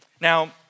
Now